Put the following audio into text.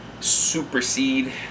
supersede